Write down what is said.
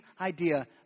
idea